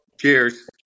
Cheers